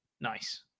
Nice